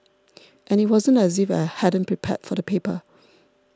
and it wasn't as if I hadn't prepared for the paper